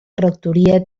rectoria